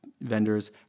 vendors